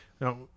Now